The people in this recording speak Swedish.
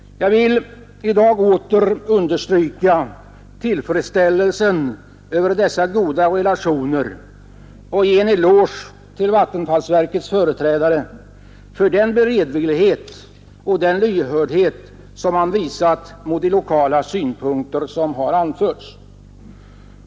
Jag vill i dag åter understryka tillfredsställelsen över dessa goda relationer och ge en eloge till vattenfallsverkets företrädare för den beredvillighet och den lyhördhet man visat mot de lokala synpunkter som anförts.